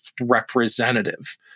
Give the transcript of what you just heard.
representative